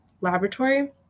Laboratory